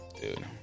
Dude